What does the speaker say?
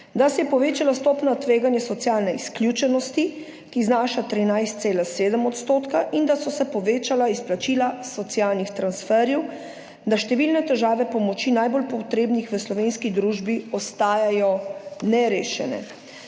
da se je povečala stopnja tveganja socialne izključenosti, ki znaša 13,7 %, in da so se povečala izplačila socialnih transferjev, da številne težave pomoči najbolj potrebnih v slovenski družbi ostajajo nerešene.